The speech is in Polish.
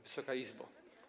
Wysoka Izbo!